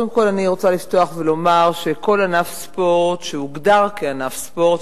קודם כול אני רוצה לפתוח ולומר שכל ענף ספורט שהוגדר כענף ספורט,